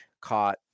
caught